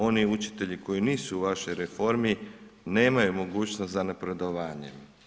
Oni učitelji koji nisu u vašoj reformi nemaju mogućnost za napredovanje.